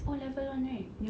it's O level [one] right